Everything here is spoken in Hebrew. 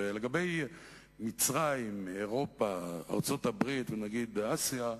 ולגבי מצרים, אירופה, ארצות-הברית ונגיד אסיה,